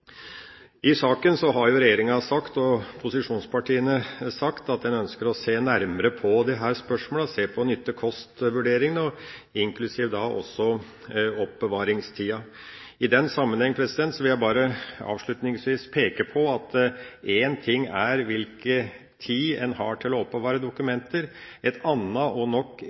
I saken har regjeringa og posisjonspartiene sagt at en ønsker å se nærmere på disse spørsmålene, se på nytte–kost-vurderingen, inklusive oppbevaringstida. I den sammenheng vil jeg bare avslutningsvis peke på at én ting er hvilken tid en har til å oppbevare dokumenter. Et annet og nok